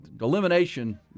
Elimination